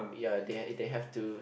ya they had they have to